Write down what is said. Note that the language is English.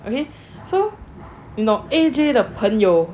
okay so 你懂 A_J 的朋友